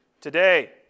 today